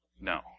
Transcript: No